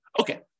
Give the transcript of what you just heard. Okay